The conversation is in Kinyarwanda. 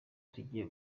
rigiye